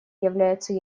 является